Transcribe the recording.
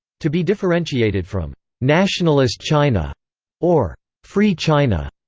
to be differentiated from nationalist china or free china.